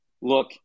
look